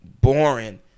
Boring